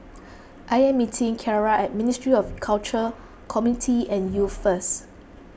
I am meeting Kierra at Ministry of Culture Community and Youth first